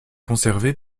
conservée